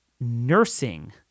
nursing